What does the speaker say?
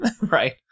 right